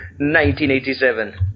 1987